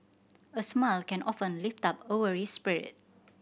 a smile can often lift up a weary spirit